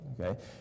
okay